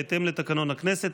בהתאם לתקנון הכנסת,